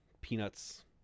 peanuts